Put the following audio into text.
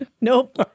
Nope